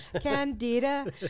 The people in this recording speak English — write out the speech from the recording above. Candida